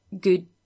good